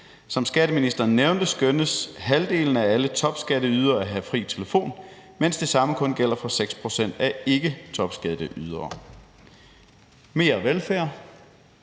Som skatteministeren nævnte, skønnes halvdelen af alle topskatteydere at have fri telefon, mens det samme kun gælder for 6 pct. af ikketopskatteydere. Mere velfærd,